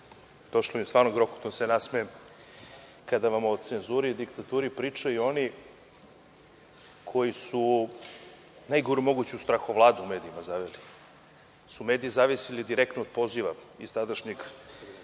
došlo mi je stvarno bilo da se nasmejem kada vam o cenzuri i diktaturi pričaju oni koji su najgoru moguću strahovladu u medijima zaveli. Mediji su zavisili direktno od poziva iz tadašnjeg